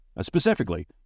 Specifically